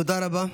תודה רבה.